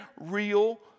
real